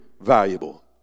valuable